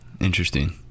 Interesting